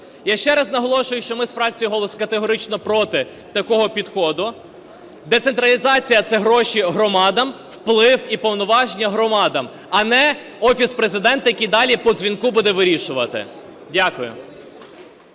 Я ще раз наголошую, що ми з фракцією "Голос" категорично проти такого підходу. Децентралізація – це гроші громадам, вплив і повноваження громадам, а не Офіс Президента, який і далі по дзвінку буде вирішувати. Дякую.